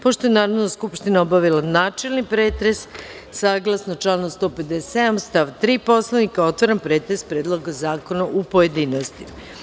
Pošto je Narodna skupština obavila načelni pretres, saglasno članu 157. stav 3. Poslovnika, otvaram pretres Predloga zakona u pojedinostima.